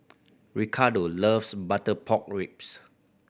Ricardo loves butter pork ribs